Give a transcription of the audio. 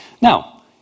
Now